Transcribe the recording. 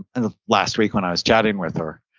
and last week when i was chatting with her.